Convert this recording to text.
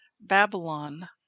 Babylon